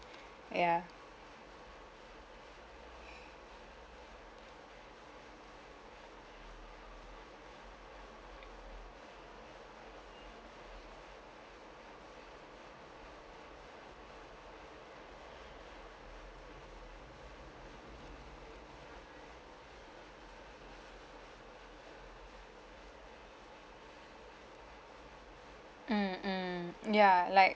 ya mm mm mm ya like